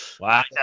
Wow